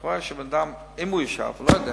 קורה שבן-אדם, אם הוא ישב, אני לא יודע,